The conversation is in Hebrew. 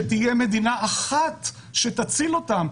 שתהיה מדינה אחת שתציל אותן,